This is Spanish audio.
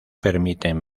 permiten